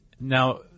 now